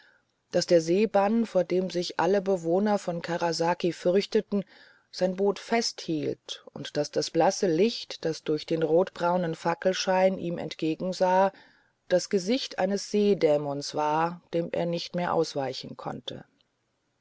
daß der seebann vor dem sich alle bewohner von karasaki fürchten sein boot festhielt und daß das blasse licht das durch den rotbraunen fackelschein ihm entgegensah das gesicht eines seedämons war dem er nicht mehr ausweichen konnte